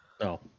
No